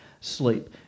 sleep